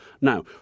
Now